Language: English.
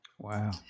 Wow